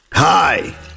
Hi